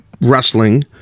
wrestling